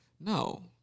No